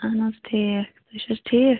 اہن حظ ٹھیٖک تُہۍ چھو حظ ٹھیٖک